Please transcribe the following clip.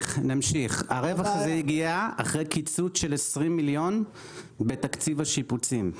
הרווח הזה הגיע אחרי קיצוץ של 20 מיליון בתקציב השיפוצים.